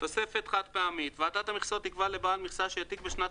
תוספת חד-פעמית ועדת המכסות תקבע לבעל מכסה שהעתיק בשנת